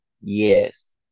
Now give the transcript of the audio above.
Yes